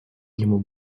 ему